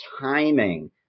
timing